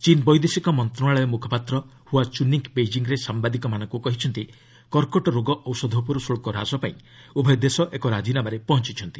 ଚୀନ୍ ବୈଦେଶିକ ମନ୍ତ୍ରଣାଳୟ ମୁଖପାତ୍ର ହୁଆ ଚୁନିଙ୍ଗ ବେଜିଂରେ ସାମ୍ବାଦିକମାନଙ୍କୁ କହିଛନ୍ତି କର୍କଟ ରୋଗ ଔଷଧ ଉପରୁ ଶୁଲ୍କ ହ୍ରାସ ପାଇଁ ଉଭୟ ଦେଶ ଏକ ରାଜିନାମାରେ ପହଞ୍ଚଛନ୍ତି